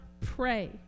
pray